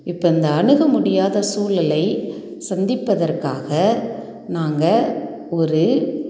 இப்போ இந்த அணுக முடியாத சூழ்நிலை சந்திப்பதற்காக நாங்கள் ஒரு